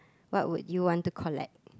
what would you want to collect